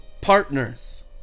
partners